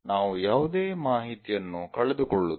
ನಾವು ಯಾವುದೇ ಮಾಹಿತಿಯನ್ನು ಕಳೆದುಕೊಳ್ಳುವುದಿಲ್ಲ